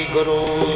Guru